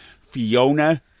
Fiona